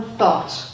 thought